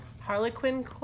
Harlequin